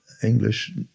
English